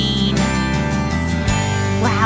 Wow